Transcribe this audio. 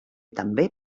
també